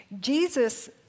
Jesus